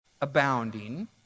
abounding